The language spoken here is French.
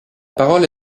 parole